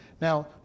Now